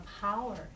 power